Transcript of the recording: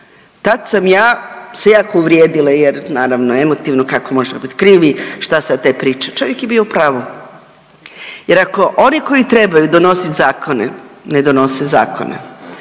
Tad sam ja se jako uvrijedila, jer naravno emotivno kako možemo biti krivi, šta sad te priče. Čovjek je bio u pravu. Jer ako oni koji trebaju donosit zakone ne donose zakone,